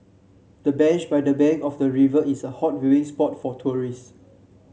the bench by the bank of the river is a hot viewing spot for tourist